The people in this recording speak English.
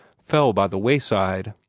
fell by the wayside.